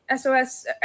SOS